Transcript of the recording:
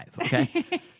okay